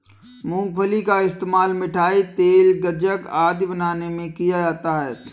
मूंगफली का इस्तेमाल मिठाई, तेल, गज्जक आदि बनाने में किया जाता है